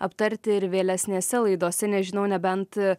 aptarti ir vėlesnėse laidose nežinau nebent